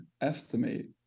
estimate